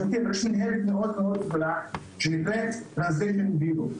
מינהלת מאוד מאוד גדולה שנקראת Translation Bureau,